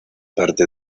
parte